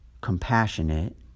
compassionate